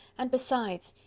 and, besides,